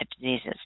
diseases